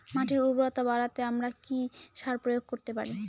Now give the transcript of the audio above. মাটির উর্বরতা বাড়াতে আমরা কি সার প্রয়োগ করতে পারি?